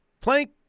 Plank